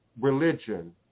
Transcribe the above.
religion